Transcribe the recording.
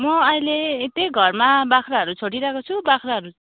म अहिले यतै घरमा बाख्राहरू छोडी रहेको छु बाख्राहरू